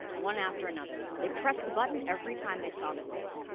one after another. they pressed the button every time they saw the face.